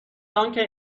آنکه